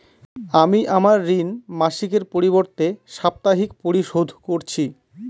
আমি আমার ঋণ মাসিকের পরিবর্তে সাপ্তাহিক পরিশোধ করছি